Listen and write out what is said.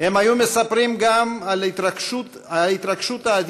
הם היו מספרים גם על ההתרגשות האדירה